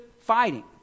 fighting